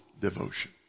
devotion